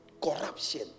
Corruption